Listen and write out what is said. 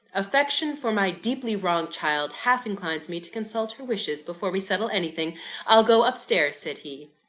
affection for my deeply-wronged child half inclines me to consult her wishes, before we settle anything i'll go up-stairs said he.